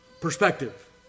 perspective